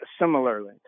similarly